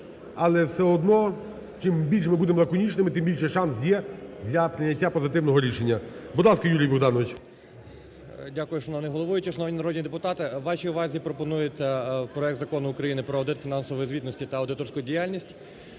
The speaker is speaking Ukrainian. Але все одно, чим більше ми будемо лаконічними, тим більше шанс є для прийняття позитивного рішення. Будь ласка, Юрій Богданович. 11:59:55 БУЦА Ю.Б. Дякую, шановний головуючий. Шановні народні депутати, вашій увазі пропонується проект Закону України про аудит фінансової звітності та аудиторську діяльність,